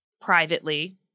privately